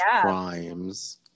crimes